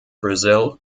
brazil